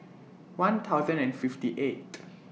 one thousand and fifty eight